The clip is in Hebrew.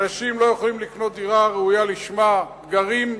אנשים לא יכולים לקנות דירה ראויה לשמה, גרים,